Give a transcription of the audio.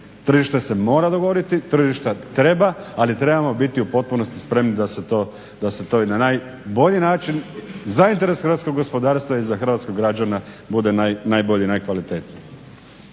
Tržište se mora dogovoriti, tržišta treba ali trebamo biti u potpunosti spremni da se to i na najbolji način za interes hrvatskog gospodarstva i za hrvatskog građana bude najbolji, najkvalitetniji.